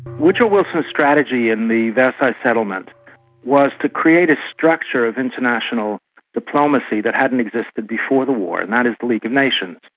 woodrow wilson's strategy in the versailles ah settlement was to create a structure of international diplomacy that hadn't existed before the war, and that is the league of nations.